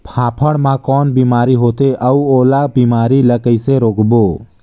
फाफण मा कौन बीमारी होथे अउ ओला बीमारी ला कइसे रोकबो?